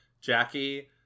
Jackie